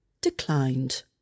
Declined